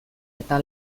eta